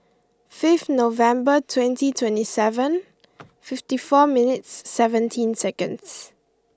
fifth November twenty twenty seven fifty four minutes seventeen seconds